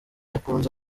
ukunze